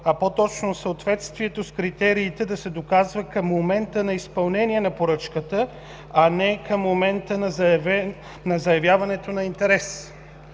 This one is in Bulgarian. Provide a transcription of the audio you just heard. Директива – съответствието с критериите да се доказва към момента на изпълнение на поръчката, а не към момента на заявяването на интерес.